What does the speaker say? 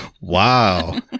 Wow